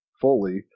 fully